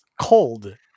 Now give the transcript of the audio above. cold